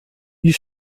you